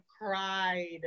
cried